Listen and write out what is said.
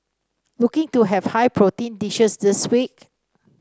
looking to have high protein dishes this week